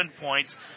points